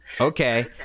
okay